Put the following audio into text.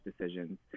decisions